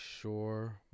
sure